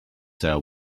there